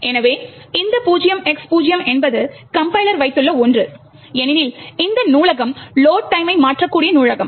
எனவே இந்த 0X0 என்பது கம்ப்பைலர் வைத்துள்ள ஒன்று ஏனெனில் இந்த நூலகம் லோட் டைம் மை மாற்றக்கூடிய நூலகம்